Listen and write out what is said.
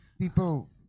people